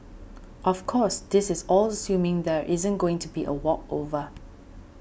of course this is all assuming there isn't going to be a walkover